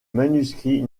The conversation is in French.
manuscrit